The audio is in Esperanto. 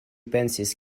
pensis